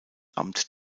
amt